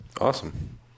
Awesome